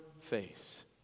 face